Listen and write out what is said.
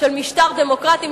של משטר דמוקרטי.